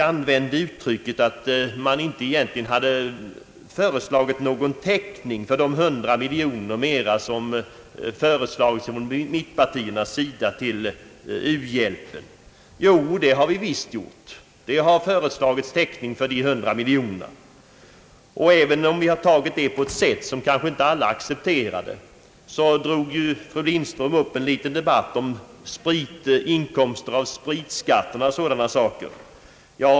Herr Björk sade att vi inte hade föreslagit någon täckning för de ytterligare 100 miljoner kronor till u-hjälpen, som föreslagits från mittenpartierna. Jo, det har vi visst! Det har föreslagits täckning för de hundra miljonerna, även om pengarna tagits på ett sätt som kanske inte alla accepterat. Fru Lindström drog upp en liten debatt om spritskatterna.